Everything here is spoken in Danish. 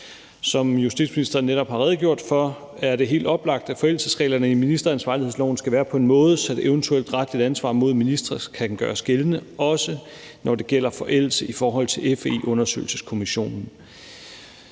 Som justitsministeren netop har redegjort for, er det helt oplagt, at forældelsesreglerne i ministeransvarlighedsloven skal være på en måde, så et eventuelt retligt ansvar mod ministre kan gøres gældende, også når det gælder forældelse i forhold til FE-undersøgelseskommissionen,